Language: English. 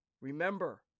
Remember